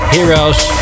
Heroes